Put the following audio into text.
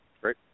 Great